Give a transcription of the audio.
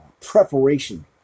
preparation